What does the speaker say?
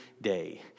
day